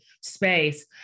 space